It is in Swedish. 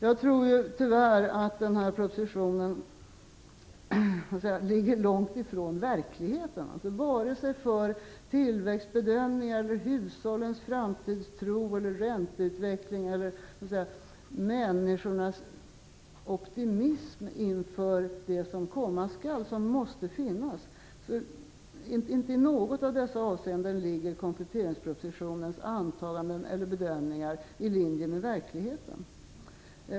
Jag tror tyvärr att propositionen ligger långt ifrån verkligheten, oavsett om det gäller tillväxtbedömningar, hushållens framtidstro, ränteutvecklingen eller en nödvändig optimism hos människorna inför det som komma skall. Inte i något av dessa avseenden ligger kompletteringspropositionens antaganden eller bedömningar i linje med verkligheten.